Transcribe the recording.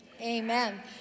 Amen